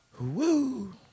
Woo